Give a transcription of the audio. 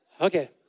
Okay